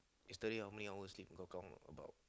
yesterday how many hours you sleep got count about